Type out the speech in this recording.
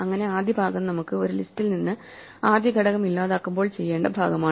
അങ്ങനെ ആദ്യ ഭാഗം നമുക്ക് ഒരു ലിസ്റ്റിൽ നിന്ന് ആദ്യ ഘടകം ഇല്ലാതാക്കുമ്പോൾ ചെയ്യേണ്ട ഭാഗമാണ്